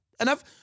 enough